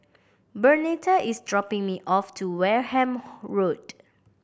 Bernetta is dropping me off to Wareham Road